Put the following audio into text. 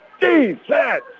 defense